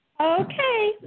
Okay